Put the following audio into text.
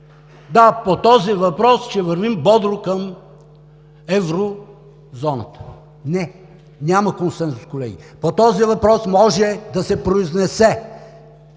министри, че ще вървим бодро към Еврозоната. Не, няма консенсус, колеги! По този въпрос може да се произнесе